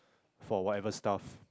for whatever stuff